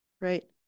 right